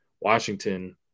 Washington